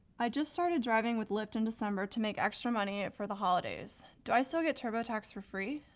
i just started driving with lyft in december to make extra money for the holidays. do i still get turbotax for free?